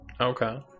Okay